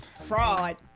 Fraud